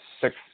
six